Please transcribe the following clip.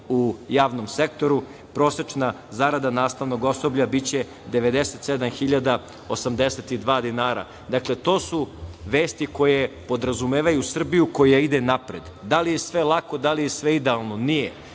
u javnom sektoru, prosečna zarada nastavnog osoblja biće 97.082 dinara. To su vesti koje podrazumevaju Srbiju koja ide napred. Da li je sve lako, da li je sve idealno? Nije.